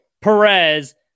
Perez